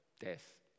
Death